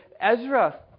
Ezra